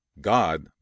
God